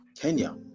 Kenya